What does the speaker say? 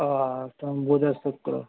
ও সোম বুধ আর শুক্র